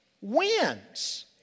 wins